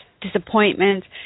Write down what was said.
disappointments